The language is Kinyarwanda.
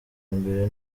mbere